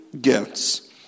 gifts